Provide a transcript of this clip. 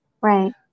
Right